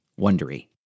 Wondery